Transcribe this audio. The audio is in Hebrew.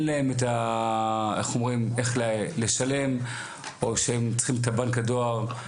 להם איך לשלם או שהם צריכים את בנק הדואר.